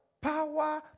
Power